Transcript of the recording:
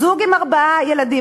זוג עם ארבעה ילדים,